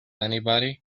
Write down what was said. anybody